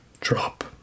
Drop